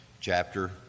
chapter